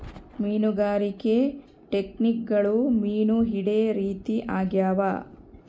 ಮೀನುಗಾರಿಕೆ ಟೆಕ್ನಿಕ್ಗುಳು ಮೀನು ಹಿಡೇ ರೀತಿ ಆಗ್ಯಾವ